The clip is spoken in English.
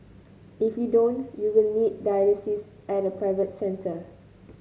if you don't you will need dialysis at a private centre